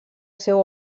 seu